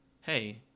Hey